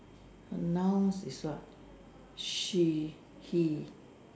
A nouns is what she he